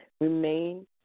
Remain